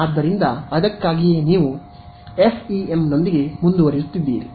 ಆದ್ದರಿಂದ ಅದಕ್ಕಾಗಿಯೇ ನೀವು ಎಫ್ಇಎಂನೊಂದಿಗೆ ಮುಂದುವರಿಯುತ್ತಿದ್ದೀರಿ